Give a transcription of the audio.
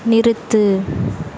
நிறுத்து